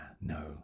no